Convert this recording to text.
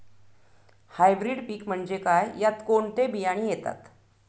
Hybrid पीक म्हणजे काय? यात कोणते बियाणे येतात?